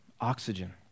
oxygen